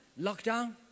Lockdown